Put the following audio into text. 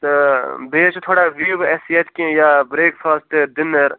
تہٕ بیٚیہِ حظ چھِ تھوڑا وِیو اَسہِ ییٚتہِ کیٚنٛہہ یا برٛیک فاسٹہٕ ڈِنَر